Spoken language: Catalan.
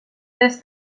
tres